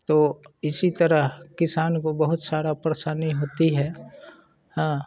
तो इसी तरह किसान को बहुत सारा परेशानी होती है हाँ